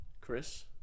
Chris